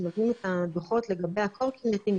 שנותנים את הדוחות לגבי הקורקינטים,